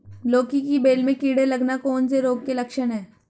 लौकी की बेल में कीड़े लगना कौन से रोग के लक्षण हैं?